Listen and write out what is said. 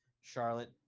Charlotte